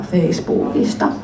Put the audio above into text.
Facebookista